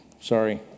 sorry